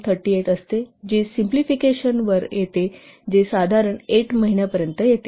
38 असते जे सिम्पलीफिकेशनवर येते जे साधारण 8 महिन्यापर्यंत येते